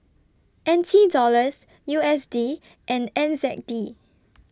N T Dollars U S D and N Z D